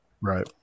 Right